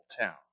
town